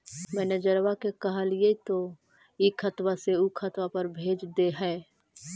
मैनेजरवा के कहलिऐ तौ ई खतवा से ऊ खातवा पर भेज देहै?